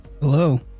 Hello